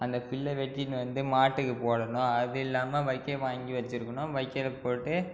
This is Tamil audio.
அந்த புல்லை வெட்டின்னு வந்து மாட்டுக்கு போடணும் அது இல்லாமல் வக்கோ வாங்கி வச்சுருக்கணும் வக்கோல போட்டு